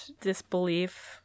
disbelief